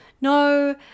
No